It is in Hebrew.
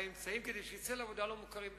האמצעים כדי שהיא תצא לעבודה לא מוכרים.